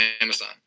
Amazon